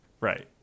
Right